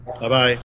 Bye-bye